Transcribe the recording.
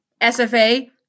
SFA